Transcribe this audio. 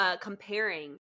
comparing